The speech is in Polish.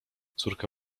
córka